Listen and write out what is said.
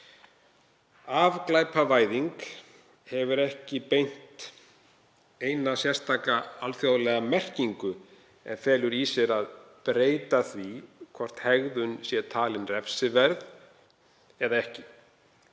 Afglæpavæðing hefur ekki beint eina sérstaka, alþjóðlega merkingu, en felur í sér að breyta því hvort hegðun sé talin refsiverð eða ekki.